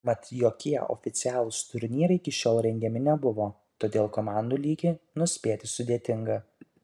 mat jokie oficialūs turnyrai iki šiol rengiami nebuvo todėl komandų lygį nuspėti sudėtinga